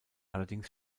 allerdings